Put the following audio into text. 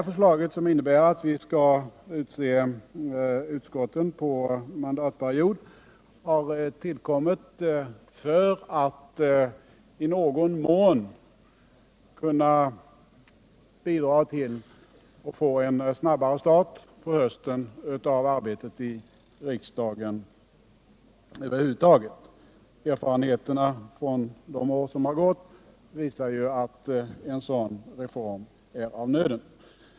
Förslaget att vi skall utse utskotten för hela mandatperioden har tillkommit för att i någon mån bidra till att få en snabbare start på hösten av arbetet i riksdagen över huvud taget. Erfarenheterna från de år som har gått visar ju att en sådan reform är av nöden.